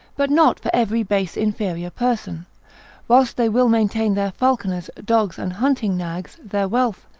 but not for every base inferior person whilst they will maintain their falconers, dogs, and hunting nags, their wealth,